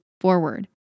forward